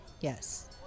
Yes